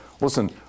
Listen